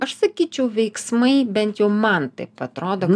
aš sakyčiau veiksmai bent jau man taip atrodo